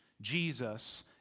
Jesus